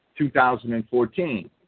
2014